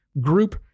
Group